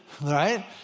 right